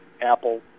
apple